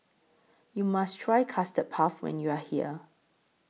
YOU must Try Custard Puff when YOU Are here